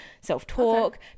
self-talk